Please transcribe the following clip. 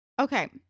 Okay